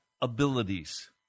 abilities